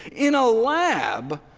in a lab,